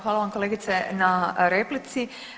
Hvala vam kolegice na replici.